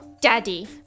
daddy